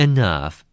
Enough